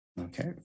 Okay